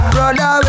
Brother